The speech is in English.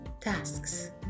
tasks